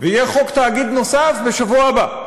ויהיה חוק תאגיד נוסף בשבוע הבא.